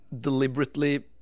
deliberately